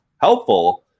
helpful